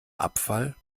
abfall